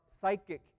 psychic